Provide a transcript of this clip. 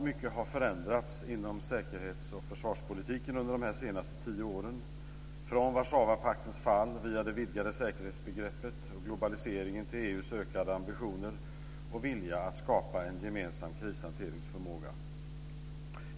Mycket har förändrats inom säkerhets och försvarspolitiken under de senaste tio åren, från Warzawapaktens fall via det vidgade säkerhetsbegreppet och globaliseringen till EU:s ökade ambitioner och vilja att skapa en gemensam krishanteringsförmåga.